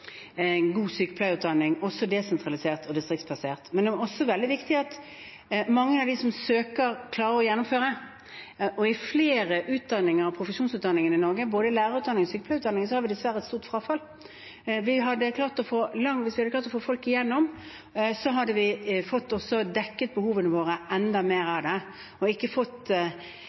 god sykepleierutdanning, også desentralisert og distriktsplassert. Men det er også veldig viktig at mange av dem som søker, klarer å gjennomføre. I flere utdanninger og profesjonsutdanninger i Norge, både i lærerutdanningen og i sykepleierutdanningen, har vi dessverre et stort frafall. Hvis vi hadde klart å få folk gjennom, hadde vi også fått dekket enda flere av behovene våre, og ikke fått disse nedleggingene. Derfor er det viktig med kvalitetskrav for å komme inn, derfor er det